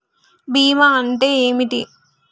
బీమా అంటే ఏమిటి?